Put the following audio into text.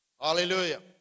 Hallelujah